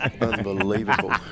Unbelievable